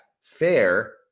Fair